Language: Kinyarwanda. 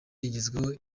igezweho